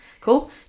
Cool